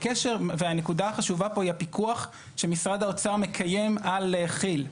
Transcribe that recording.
הנקודה החשובה פה היא הפיקוח שמשרד האוצר מקיים על כי"ל,